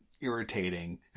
irritating